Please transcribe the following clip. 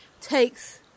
takes